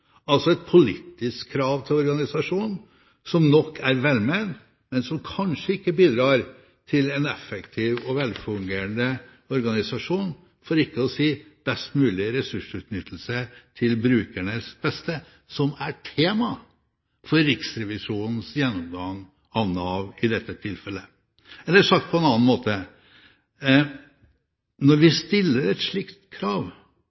altså et politisk krav til organisasjonen, som nok er velment, men som kanskje ikke bidrar til en effektiv og velfungerende organisasjon, for ikke å si best mulig ressursutnyttelse til brukernes beste, som er tema for Riksrevisjonens gjennomgang av Nav i dette tilfellet. Eller sagt på en annen måte: Når vi stiller et slikt krav,